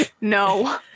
No